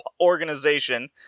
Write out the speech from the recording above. organization